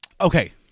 okay